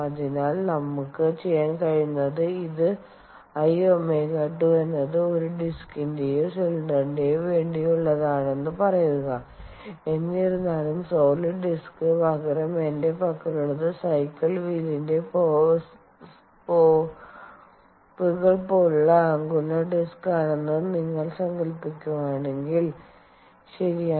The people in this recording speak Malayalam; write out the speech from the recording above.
അതിനാൽ നമുക്ക് ചെയ്യാൻ കഴിയുന്നത് ഇത് I ω2 എന്നത് ഒരു ഡിസ്കിന്റെയോ സിലിണ്ടറിനോ വേണ്ടിയുള്ളതാണെന്ന് പറയുക എന്നിരുന്നാലും സോളിഡ് ഡിസ്കിന് പകരം എന്റെ പക്കലുള്ളത് സൈക്കിൾ വീലിന്റെ സ്പോക്കുകൾ പോലെയുള്ള അനുലർ ഡിസ്ക് ആണെന്ന് നിങ്ങൾ സങ്കൽപ്പിക്കുന്നുവെങ്കിൽ ശരിയാണ്